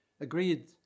agreed